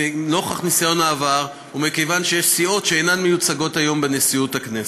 נוכח ניסיון העבר ומכיוון שיש סיעות שאינן מיוצגות היום בנשיאות הכנסת,